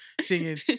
singing